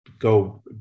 go